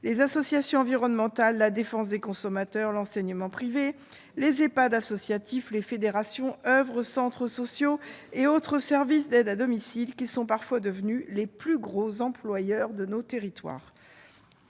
les associations environnementales, la défense des consommateurs, l'enseignement privé, les Ehpad associatifs, les fédérations, les oeuvres, les centres sociaux et autres services d'aide à domicile, qui sont parfois devenus les plus gros employeurs de nos territoires.